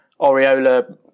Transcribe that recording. Oriola